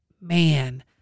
man